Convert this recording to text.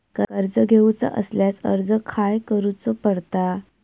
कर्ज घेऊचा असल्यास अर्ज खाय करूचो पडता?